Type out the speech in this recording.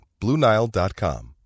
BlueNile.com